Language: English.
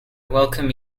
welcome